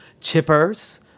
chippers